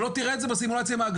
אתה לא תראה את זה בסימולציה מהגנות,